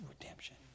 redemption